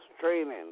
training